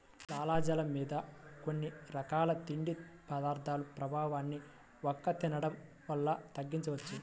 లాలాజలం మీద కొన్ని రకాల తిండి పదార్థాల ప్రభావాన్ని వక్క తినడం వల్ల తగ్గించవచ్చు